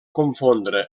confondre